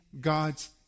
God's